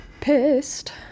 pissed